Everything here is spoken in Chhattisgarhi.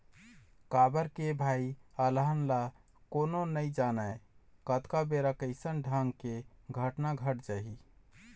काबर के भई अलहन ल कोनो नइ जानय कतका बेर कइसन ढंग के घटना घट जाही